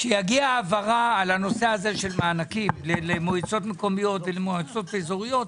כשתגיע העברה בנושא הזה של מענקים למועצות מקומיות ומועצות אזוריות,